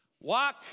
Walk